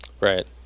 Right